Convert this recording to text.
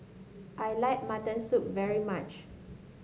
I like Mutton Soup very much